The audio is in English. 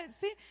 See